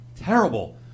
terrible